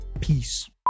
peace